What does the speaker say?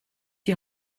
die